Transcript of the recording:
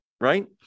right